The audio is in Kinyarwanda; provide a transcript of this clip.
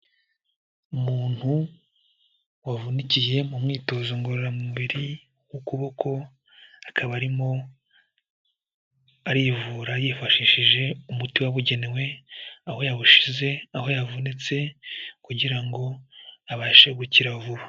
Umuntu wavunikiye mu myitozo ngororamubiri ukuboko, akaba arimo arivura yifashishije umuti wabugenewe, aho yawushyize aho yavunitse kugira ngo abashe gukira vuba.